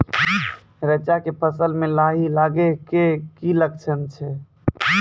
रैचा के फसल मे लाही लगे के की लक्छण छै?